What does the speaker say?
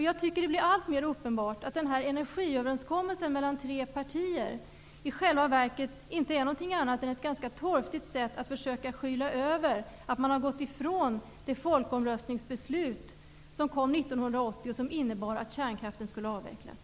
Jag tycker att det blir alltmer uppenbart att energiöverenskommelsen mellan tre partier i själva verket inte är någonting annat än ett ganska torftigt sätt att försöka skyla över att man har gått ifrån folkomröstningsbeslutet från 1980 och som innebar att kärnkraften skulle avvecklas.